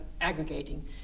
aggregating